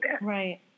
Right